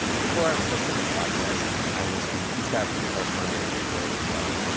before i was hosting this podcast, i was the east africa correspondent for npr.